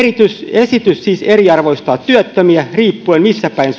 esitys siis eriarvoistaa työttömiä riippuen missä päin